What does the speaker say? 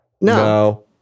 No